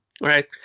right